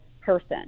person